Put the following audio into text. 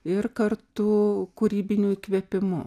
ir kartu kūrybiniu įkvėpimu